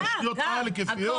בתשתיות על, היקפיות.